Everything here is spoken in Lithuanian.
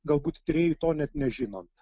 galbūt tyrėjui to net nežinant